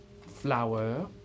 flower